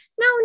no